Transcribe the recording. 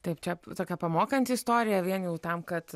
taip čia tokia pamokanti istorija vien jau tam kad